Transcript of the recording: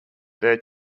their